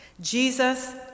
Jesus